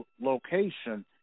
location